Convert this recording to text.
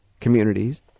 communities